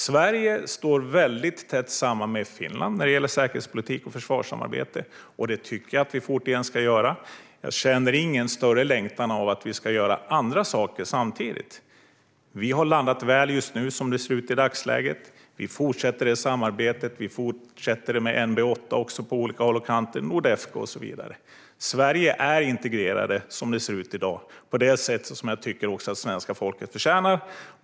Sverige står väldigt tätt samman med Finland när det gäller säkerhetspolitik och försvarssamarbete, och det tycker jag att vi ska fortsätta göra. Jag känner ingen större längtan efter att vi ska göra andra saker samtidigt. Vi har landat väl som det ser ut i dagsläget. Vi fortsätter det samarbetet. Vi fortsätter med NB8, med Nordefco och så vidare. Som det ser ut i dag är Sverige integrerat på det sätt som jag tycker att svenska folket förtjänar.